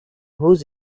whose